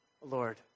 Lord